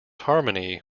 harmony